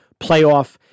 playoff